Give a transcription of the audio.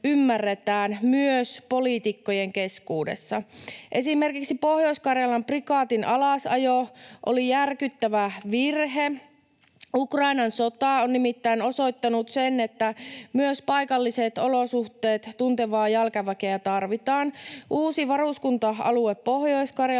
myös poliitikkojen keskuudessa. Esimerkiksi Pohjois-Karjalan prikaatin alasajo oli järkyttävä virhe. Ukrainan sota on nimittäin osoittanut sen, että myös paikalliset olosuhteet tuntevaa jalkaväkeä tarvitaan. Uusi varuskunta-alue Pohjois-Karjalassa